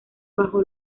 bajo